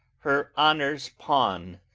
her honour's pawn.